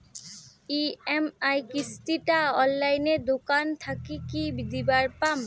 EMI কিস্তি টা অনলাইনে দোকান থাকি কি দিবার পাম?